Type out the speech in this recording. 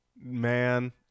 man